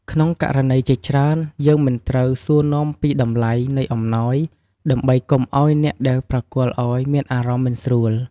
ក្នុងករណីជាច្រើន យើងមិនត្រូវសួរនាំពីតម្លៃនៃអំណោយ ដើម្បីកុំឱ្យអ្នកដែលប្រគល់អោយមានអារម្មណ៍មិនស្រួល។